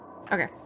Okay